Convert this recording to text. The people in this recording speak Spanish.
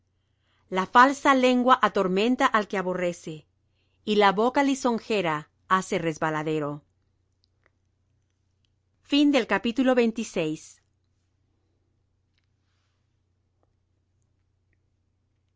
la falsa lengua atormenta al que aborrece y la boca lisonjera hace resbaladero no